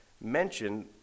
mentioned